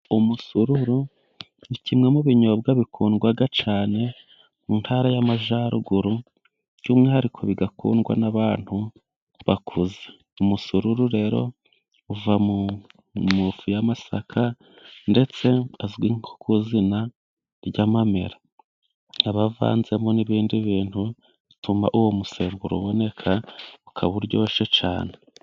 Umusururu ni kimwe mu binyobwa bikundwa cyane, mu ntara y'Amajyaruguru. By'umwihariko bigakundwa, n'abantu bakuze. Umusururu uva mu mafu y'amasaka, ndetse azwi nko ku izina ry'amamera, abavanzemo n'ibindi bintu, bituma uwo musemburo uboneka, ukaba uryoshye cyane.